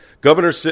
Governor